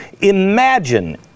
Imagine